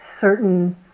certain